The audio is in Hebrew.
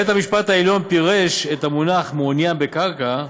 בית-המשפט העליון פירש את המונח "מעוניין בקרקע"